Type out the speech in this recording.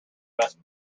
best